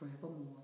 forevermore